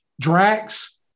Drax